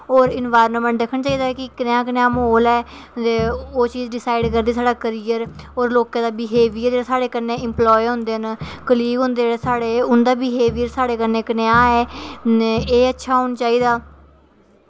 होर इनवॉयरनामैंट दिक्खना चाहिदा की कनेहा कनेहा म्हौल ऐ ते ओह् चीज़ डिसाईड करदा साढ़ा करियर होर लोकें दा बिहेबियर जेह्ड़े साढ़े कन्नै इंप्लॉय होंदे न कलीग होंदे साढ़े उंदा बिहेबियर कनेहा ऐ साढ़े कन्नै कनेहा ऐ एह् अच्छा होना चाहिदा